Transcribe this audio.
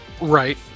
Right